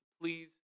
please